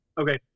Okay